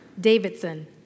Davidson